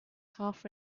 half